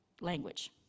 language